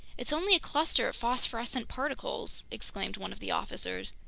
it's only a cluster of phosphorescent particles! exclaimed one of the officers.